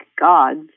gods